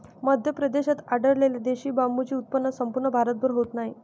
मध्य प्रदेशात आढळलेल्या देशी बांबूचे उत्पन्न संपूर्ण भारतभर होत नाही